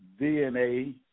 DNA